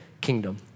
kingdom